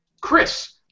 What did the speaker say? Chris